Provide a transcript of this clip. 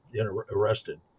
arrested